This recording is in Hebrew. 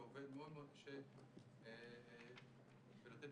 זו פגיעה במנגנון שעובד מאוד-מאוד קשה בשביל לתת